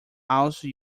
also